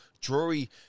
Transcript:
Drury